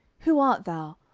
who art thou?